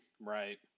Right